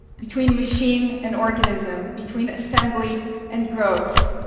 between machine and organism, between assembly and growth,